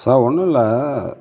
sir ஒன்னுமில்ல